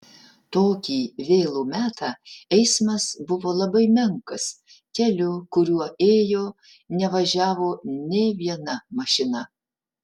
tokį vėlų metą eismas buvo labai menkas keliu kuriuo ėjo nevažiavo nė viena mašina